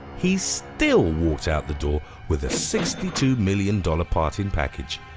he still walked out the door with a sixty two million dollars parting package.